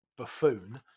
buffoon